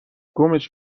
گمش